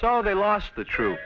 so they lost the true